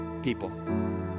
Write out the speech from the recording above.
People